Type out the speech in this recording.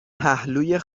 پهلوی